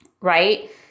right